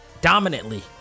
dominantly